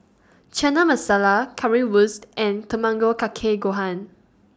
Chana Masala Currywurst and Tamago Kake Gohan